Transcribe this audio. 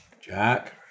Jack